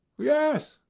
yes,